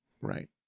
Right